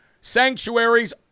sanctuaries